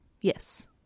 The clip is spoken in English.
yes